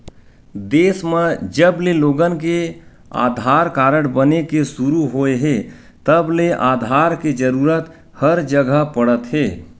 देस म जबले लोगन के आधार कारड बने के सुरू होए हे तब ले आधार के जरूरत हर जघा पड़त हे